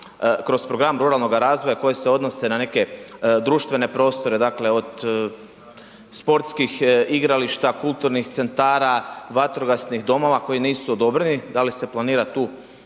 kroz program ruralnog razvoja koji se odnose na neke društvene prostore, dakle od sportskih igrališta, kulturnih centara, vatrogasnih domova koji nisu odobreni, da li se planira tu